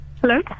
Hello